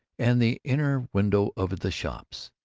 and the inner windows of the shops.